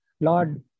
Lord